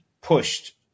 pushed